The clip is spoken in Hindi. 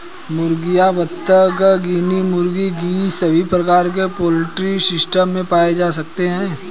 मुर्गियां, बत्तख, गिनी मुर्गी, गीज़ सभी प्रकार के पोल्ट्री सिस्टम में पाए जा सकते है